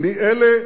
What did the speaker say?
מאלה